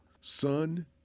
Son